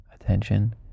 Attention